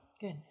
Good